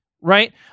right